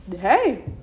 Hey